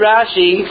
Rashi